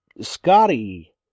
Scotty